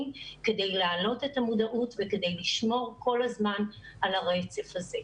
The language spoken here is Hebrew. כדי להעלות את המודעות וכדי לשמור כל הזמן הרצף הזה.